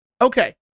Okay